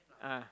ah